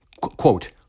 Quote